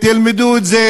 תלמדו את זה.